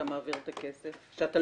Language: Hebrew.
מתי הפעימה הראשונה שאתה מעביר את הכסף?